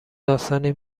داستانی